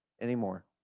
anymore